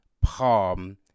palm